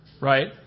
right